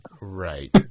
Right